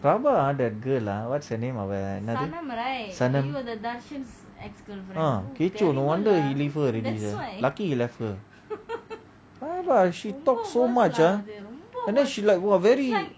rabak ah that girl ah what's her name ah when I அவ என்னது சனம்:ava ennathu sanam no wonder he leave her already ah lucky he left her rabak she talk so much ah and then she like very